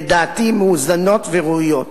לדעתי מאוזנות וראויות.